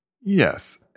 Yes